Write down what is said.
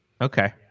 Okay